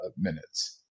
minutes